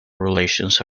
relations